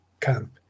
camp